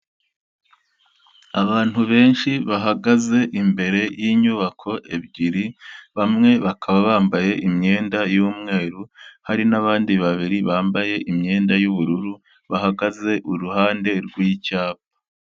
Abantu benshi bahagaze imbere y'inyubako ebyiri, bamwe bakaba bambaye imyenda y'umweru, hari n'abandi babiri bambaye imyenda y'ubururu bahagaze iruhande rw'icyapa.